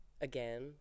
again